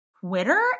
Twitter